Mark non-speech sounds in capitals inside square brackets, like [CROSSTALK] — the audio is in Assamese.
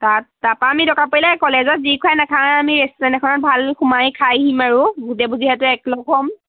তাত তাৰ পৰা আমি দৰকাৰ পৰিলে কলেজত যি খোৱাই নাখায় আমি ৰেষ্টুৰেণ্ট এখনত ভাল সোমাই খাই আহিম আৰু [UNINTELLIGIBLE] এক লগ হ'ম